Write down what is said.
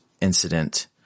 incident